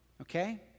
Okay